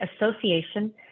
association